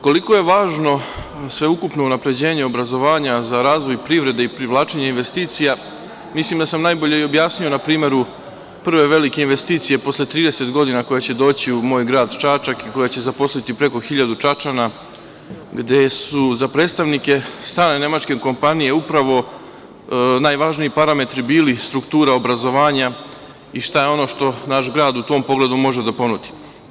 Koliko je važno sveukupno unapređenje obrazovanja za razvoj privrede i privlačenje investicija mislim da sam najbolje objasnio na primeru prve velike investicije posle 30 godina koje će doći u moj grad Čačak i koje će zaposliti preko hiljadu Čačana, gde su za predstavnike strane nemačke kompanije upravo najvažniji parametri bili struktura obrazovanja i šta je ono što naš grad u tom pogledu može da ponudi.